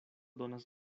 donas